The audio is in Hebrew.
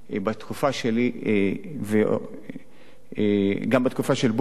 בתקופה שלי וגם בתקופה של בוז'י,